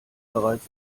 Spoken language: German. bereits